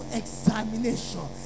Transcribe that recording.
examination